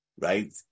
right